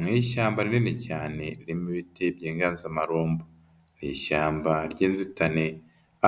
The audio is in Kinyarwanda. Mu ishyamba rinini cyane ririmo ibiti by'inganzamarumbo, ni ishyamba ry'inzitane,